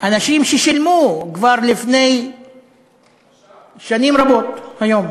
אנשים ששילמו כבר לפני שנים רבות, היום,